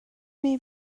imi